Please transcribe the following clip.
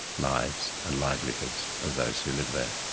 lives and livelihoods of those who live there.